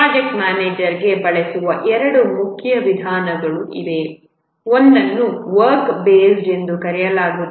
project manager ಬಳಸುವ ಎರಡು ಮುಖ್ಯ ವಿಧಾನಗಳು ಇವೆ ಒಂದನ್ನು ವರ್ಕ್ ಬೇಸ್ಡ್ ಎಂದು ಕರೆಯಲಾಗುತ್ತದೆ